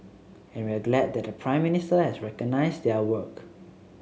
and we're glad that the Prime Minister has recognised their work